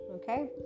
okay